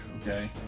Okay